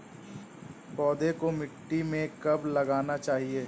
पौधें को मिट्टी में कब लगाना चाहिए?